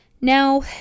Now